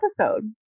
episode